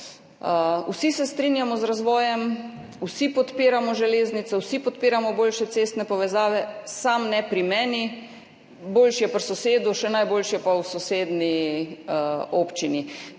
se vsi strinjamo z razvojem, vsi podpiramo železnice, vsi podpiramo boljše cestne povezave, samo ne pri meni, boljše je pri sosedu, še najboljše pa v sosednji občini.